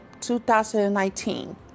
2019